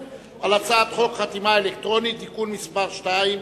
על הצעת חוק חתימה אלקטרונית (תיקון מס' 2),